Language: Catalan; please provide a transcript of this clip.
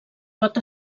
pot